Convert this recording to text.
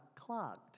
clogged